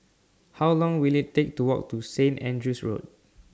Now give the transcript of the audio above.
How Long Will IT Take to Walk to Saint Andrew's Road